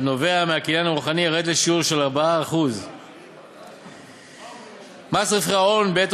הנובע מהקניין הרוחני ירד לשיעור של 4%. מס רווחי הון בעת